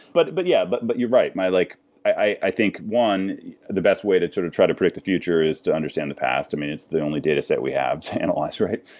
but but yeah, but but you're right. like i i think, one the best way to sort of try to predict the future is to understand the past. and and it's the only dataset we have to analyze, right?